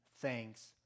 thanks